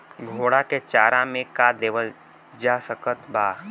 घोड़ा के चारा मे का देवल जा सकत बा?